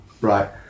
Right